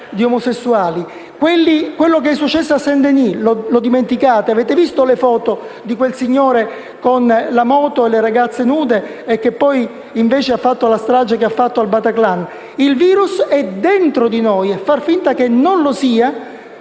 di omosessuali. Quanto successo a Saint-Denis l'avete dimenticato? Avete visto le foto di quel signore con la moto e le ragazze nude che poi ha fatto la strage al Bataclan? Il virus è dentro di noi e far finta che non lo sia,